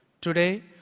Today